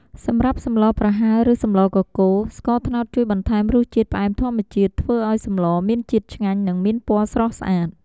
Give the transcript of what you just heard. សម្រាប់សម្លប្រហើរឬសម្លកកូរ ស្ករត្នោតជួយបន្ថែមរសជាតិផ្អែមធម្មជាតិ ធ្វើឱ្យសម្លមានជាតិឆ្ងាញ់ និងមានពណ៌ស្រស់ស្អាត។